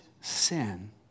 sin